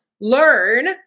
learn